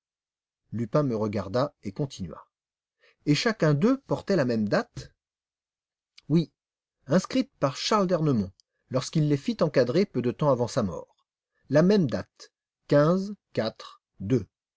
lupin me regarda et continua et chacun d'eux portait la même date oui inscrite par charles d'ernemont lorsqu'il les fit encadrer peu de temps avant sa mort la même date